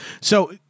So-